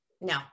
No